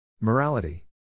Morality